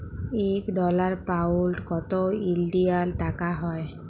ইক dollar, pound কত ইলডিয়াল টাকা হ্যয়